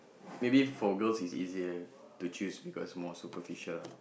maybe for girls it's easier to choose because more superficial ah